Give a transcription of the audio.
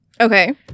Okay